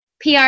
PR